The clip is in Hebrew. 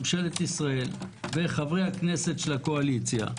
ממשלת ישראל וחברי הכנסת של הקואליציה,